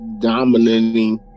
dominating